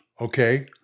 okay